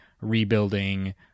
rebuilding